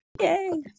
Yay